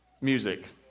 music